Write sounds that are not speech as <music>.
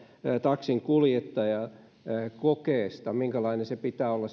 taksinkuljettajan kokeista minkälainen sen taksinkuljettajan kokeen pitää olla <unintelligible>